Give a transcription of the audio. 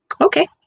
okay